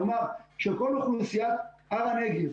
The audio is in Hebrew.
נאמר שכל אוכלוסיית הר הנגב,